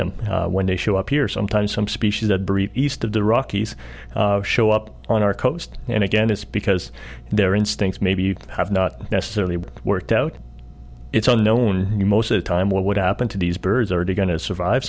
them when they show up here sometimes some species that breed east of the rockies show up on our coast and again it's because their instincts maybe have not necessarily worked out it's unknown to most of the time what would happen to these birds are going to survive